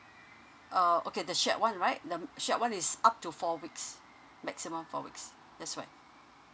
uh okay the shared one right the shared one is up to four weeks maximum four weeks that's right